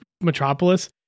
metropolis